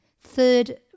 third